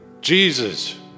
Jesus